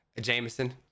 Jameson